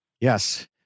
Yes